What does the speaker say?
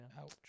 Ouch